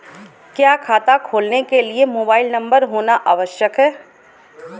क्या खाता खोलने के लिए मोबाइल नंबर होना आवश्यक है?